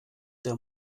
der